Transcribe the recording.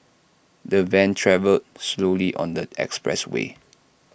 the van travelled slowly on the expressway